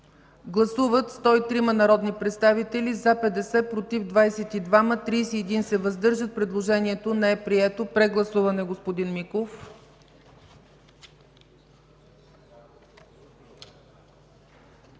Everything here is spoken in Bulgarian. Гласували 103 народни представители: за 50, против 22, въздържали се 31. Предложението не е прието. Прегласуване – господин Миков.